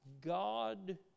God